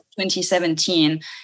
2017